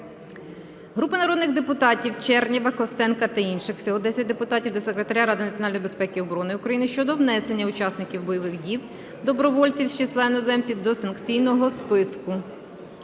Групи народних депутатів (Чернєва, Костенка та інших. Всього 10 депутатів) до Секретаря Ради національної безпеки і оборони України щодо внесення учасників бойових дій (добровольців з числа іноземців) до санкційного списку.